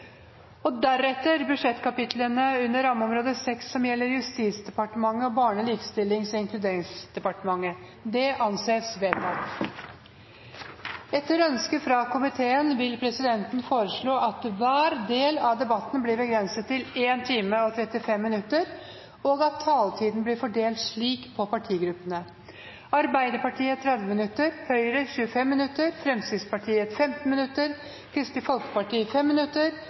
og deretter budsjettkapitlene under rammeområde 6 som gjelder Justisdepartementet og Barne-, likestillings- og inkluderingsdepartementet. – Det anses vedtatt. Etter ønske fra komiteen vil presidenten videre foreslå at hver del av debatten blir begrenset til 1 time og 35 minutter, og at taletiden blir fordelt slik på gruppene: Arbeiderpartiet 30 minutter, Høyre 25 minutter, Fremskrittspartiet 15 minutter, Kristelig Folkeparti 5 minutter,